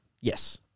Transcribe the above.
Yes